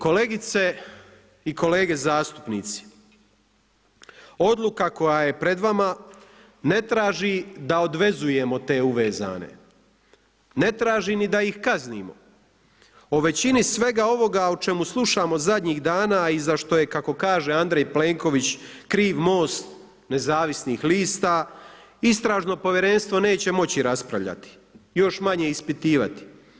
Kolegice i kolege zastupnici, odluka koja je pred vama ne traži da odvezujemo te uvezane, ne traži ni da ih kaznimo, o većini svega ovoga o čemu slušamo zadnjih dana, a i za što je, kako kaže Andrej Plenković kriv MOST nezavisnih lista, istražno povjerenstvo neće moći raspravljati, još manje ispitivati.